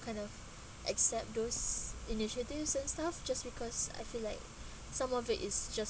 kind of accept those initiatives and stuff just because I feel like some of it is just